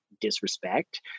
disrespect